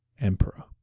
emperor